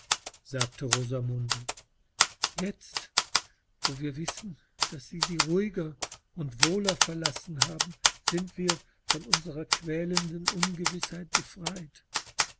sagte rosamunde jetzt wo wir wissen daß sie sie ruhiger und wohler verlassen haben sind wir von unserer quälenden ungewißheit befreit